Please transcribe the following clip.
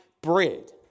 bread